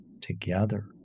together